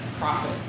profit